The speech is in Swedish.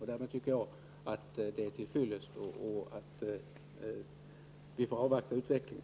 Jag menar att det därmed är till fyllest och att vi får avvakta utvecklingen.